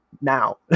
now